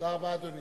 תודה רבה, אדוני.